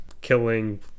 killing